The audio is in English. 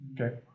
Okay